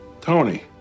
Tony